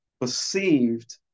perceived